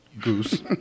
goose